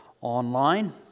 online